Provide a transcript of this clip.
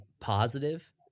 positive